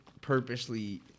purposely